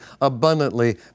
abundantly